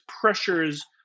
pressures